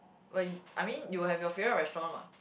what you I mean you will have your favorite restaurant what